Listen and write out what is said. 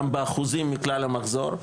גם באחוזים מכלל המחזור.